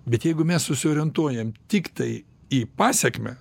bet jeigu mes susiorientuojam tiktai į pasekmę